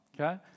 Okay